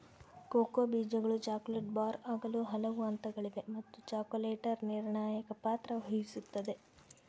cocoa ಬೀಜಗಳು chocolate bar ಆಗಲು ಹಲವು ಹಂತಗಳಿವೆ ಮತ್ತು ಚಾಕೊಲೇಟರ್ ನಿರ್ಣಾಯಕ ಪಾತ್ರ ವಹಿಸುತ್ತದ